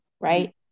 Right